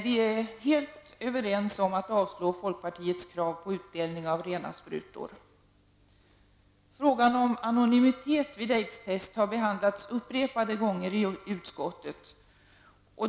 Vi är helt överens om att avstyrka folkpartiets krav på utdelning av rena sprutor. Frågan om anonymitet vid aidstest har behandlats upprepade gånger i utskottet.